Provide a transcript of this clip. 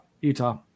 Utah